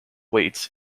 waits